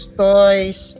toys